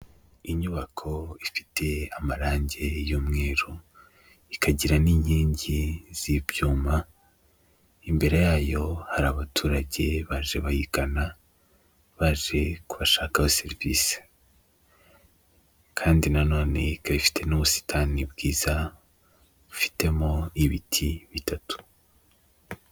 Inyubako ifite amarangi y'umweru ikagira n'inkingi z'ibyuma, imbere yayo hari abaturage baje bayigana baje kubahashakaho serivisi kandi na none ikaba ifite n'ubusitani bwiza ifitemo ibiti bitatu.